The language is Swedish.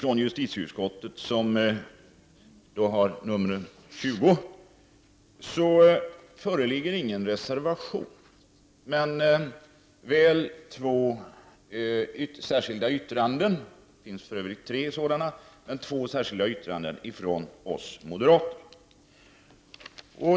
Till justitieutskottets betänkande nr 20 har inte avgivits någon reservation men tre särskilda yttranden, varav två från oss moderater.